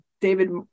david